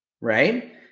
right